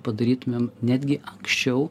padarytumėm netgi anksčiau